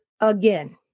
again